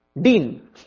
Dean